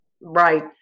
Right